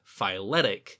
phyletic